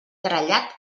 trellat